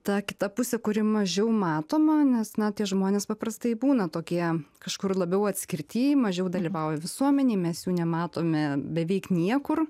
ta kita pusė kuri mažiau matoma nes na tie žmonės paprastai būna tokie kažkur labiau atskirty mažiau dalyvauja visuomenėj mes jų nematome beveik niekur